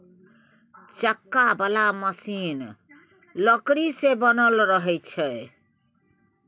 चक्का बला मशीन लकड़ी सँ बनल रहइ छै